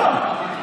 לא,